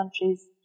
countries